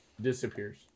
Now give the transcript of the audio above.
disappears